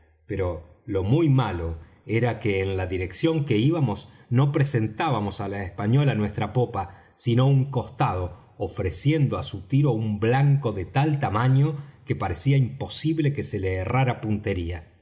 pero lo muy malo era que en la dirección que íbamos no presentábamos á la española nuestra popa sino un costado ofreciendo á su tiro un blanco de tal tamaño que parecía imposible que se le errara puntería